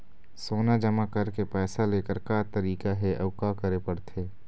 सोना जमा करके पैसा लेकर का तरीका हे अउ का करे पड़थे?